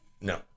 No